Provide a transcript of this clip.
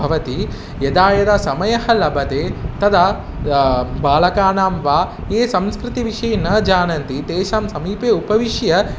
भवति यदा यदा समयः लभ्यते तदा बालकानां वा ये संस्कृतिविषये न जानन्ति तेषां समीपे उपविश्य